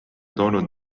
toonud